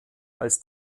als